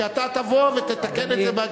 שאתה תבוא ותתקן את זה.